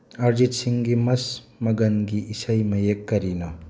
ꯑꯔꯖꯤꯠ ꯁꯤꯡꯒꯤ ꯃꯁ ꯃꯒꯟꯒꯤ ꯏꯁꯩ ꯃꯌꯦꯛ ꯀꯔꯤꯅꯣ